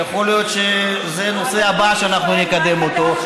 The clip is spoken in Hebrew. שיכול להיות שזה הנושא הבא שאנחנו נקדם אותו,